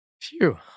Phew